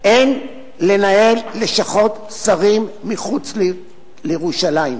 אין לנהל לשכות שרים מחוץ לירושלים.